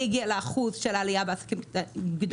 הגיעה לאחוז של העלייה של העלייה בעסקים גדולים.